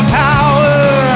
power